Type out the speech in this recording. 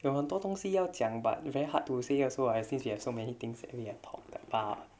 有很多东西要将:hen duo dong xi yao jiang but very hard to say you are so I since you have so many things any airport that bar